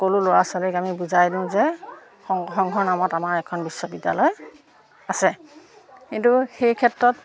সকলো ল'ৰা ছোৱালীক আমি বুজাই দিওঁ যে সংঘৰ নামত আমাৰ এখন বিশ্ববিদ্যালয় আছে কিন্তু সেই ক্ষেত্ৰত